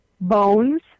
bones